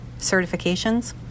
certifications